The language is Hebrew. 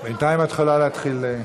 בינתיים את יכולה להתחיל.